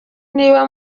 niba